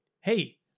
hey